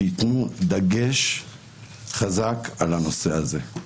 שייתנו דגש חזק על הנושא הזה.